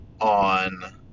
on